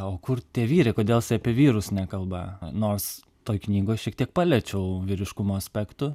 o kur tie vyrai kodėl jisai apie vyrus nekalba nors toj knygoj šiek tiek paliečiau vyriškumo aspektų